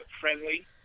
friendly